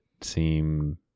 seem